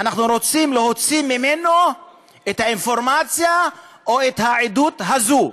אנחנו רוצים להוציא ממנו את האינפורמציה או את העדות הזו.